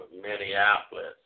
Minneapolis